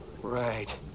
Right